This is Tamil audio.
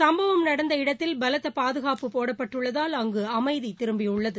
சம்பவம் நடந்த இடத்தில் பலத்த பாதுகாப்பு போடப்பட்டுள்ளதால் அங்கு அமைதி திரும்பியுள்ளது